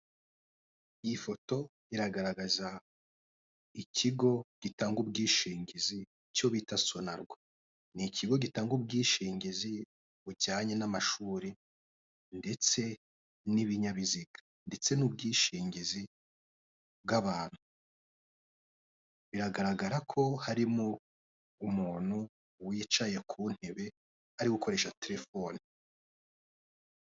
Iyi foto iragaragaza ikigo gitanga ubwishingizi cyo bita sonarwa, ni ikigo gitanga ubwishingizi bujyanye n'amashuri ndetse n'ibinyabiziga ndetse n'ubwishingizi bw'abantu, biragaragara ko harimo umuntu wicaye ku ntebe ari gukoresha telefoni.